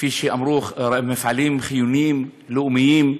כפי שאמרו, מפעלים חיוניים, לאומיים,